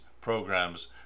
programs